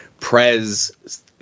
prez